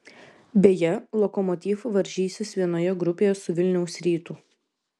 beje lokomotiv varžysis vienoje grupėje su vilniaus rytu